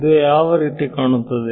ಇದು ಯಾವ ರೀತಿ ಕಾಣುತ್ತದೆ